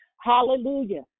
hallelujah